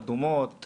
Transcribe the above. אדומות,